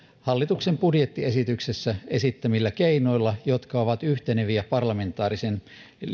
hallituksen budjettiesityksessä esittämillä keinoilla jotka ovat yhteneviä parlamentaarisen